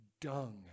dung